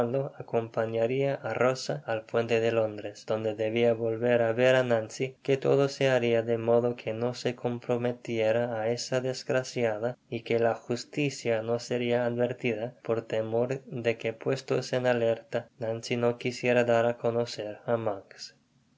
acompañaria á llosa al puente de londres donde debia volverá ver á nancy que todo se haria de modo que no se comprometiera á esa desgraciada y que la justicia no seria advertida por temor de que puestos en alerta nancy no quisiera dar á conocer